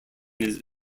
his